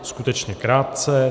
Skutečně krátce.